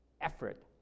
effort